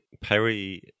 perry